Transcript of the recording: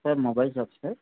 sir mobile shop sir